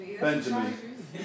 Benjamin